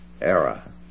era